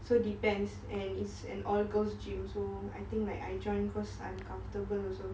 so depends and it's an all girls' gym so I think like I join cause I'm comfortable also